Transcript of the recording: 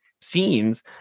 scenes